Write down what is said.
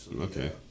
Okay